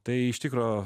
tai iš tikro